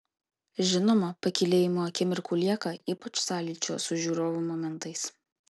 žinoma pakylėjimo akimirkų lieka ypač sąlyčio su žiūrovu momentais